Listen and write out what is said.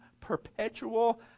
perpetual